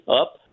up